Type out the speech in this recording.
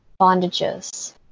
bondages